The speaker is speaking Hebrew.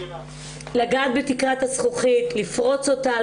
לגעת בתקרת הזכוכית, לפרוץ אותה.